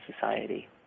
society